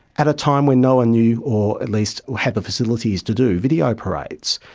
at a time when no one knew or at least had the facilities to do video parades.